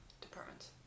departments